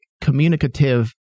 communicative